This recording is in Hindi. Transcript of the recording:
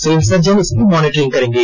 सिविल सर्जन इसकी मॉनिटरिंग करेंगे